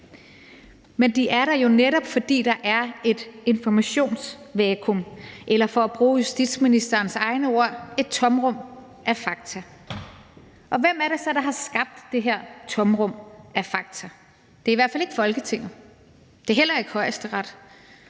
men de er der jo netop, fordi der er et informationsvakuum eller, for at bruge justitsministerens egne ord, et tomrum af fakta. Hvem er det så, der har skabt det her tomrum af fakta? Det er i hvert fald ikke Folketinget, og det er heller ikke Højesteret.